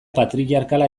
patriarkala